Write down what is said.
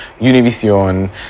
Univision